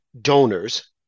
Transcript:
donors